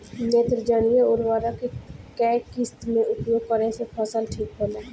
नेत्रजनीय उर्वरक के केय किस्त मे उपयोग करे से फसल ठीक होला?